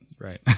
Right